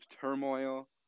turmoil